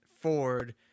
Ford